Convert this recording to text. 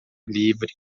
livre